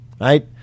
Right